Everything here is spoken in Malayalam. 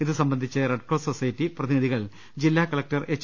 ഇതു സംബന്ധിച്ച് റെഡ്ക്രോസ് സൊസൈറ്റി പ്രതിനിധികൾ ജില്ലാ കല ക്ടർ എച്ച്